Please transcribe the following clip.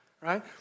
right